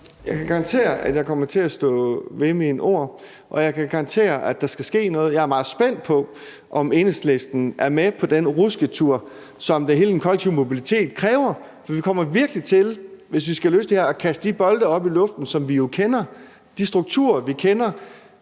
Jeg kan garantere, at jeg kommer til at stå ved mine ord. Og jeg kan garantere, at der skal ske noget. Jeg er meget spændt på, om Enhedslisten er med på den rusketur, som hele den kollektive mobilitet kræver. For vi kommer virkelig til, hvis vi skal løse det her, at kaste de bolde op i luften, som vi jo kender, og de strukturer, vi kender.